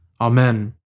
Amen